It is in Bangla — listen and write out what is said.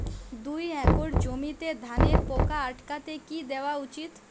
দুই একর জমিতে ধানের পোকা আটকাতে কি দেওয়া উচিৎ?